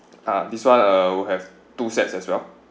ah this one uh we'll have two sets as well